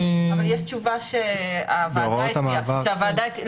יש תשובה שהוועדה הציעה.